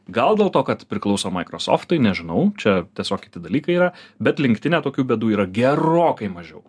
gal dėl to kad priklauso microsoftui nežinau čia tiesiog kiti dalykai yra bet rinktinę tokių bėdų yra gerokai mažiau